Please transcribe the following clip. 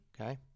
Okay